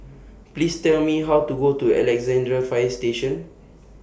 Please Tell Me How to get to Alexandra Fire Station